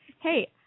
Hey